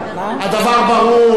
הדבר ברור.